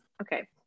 okay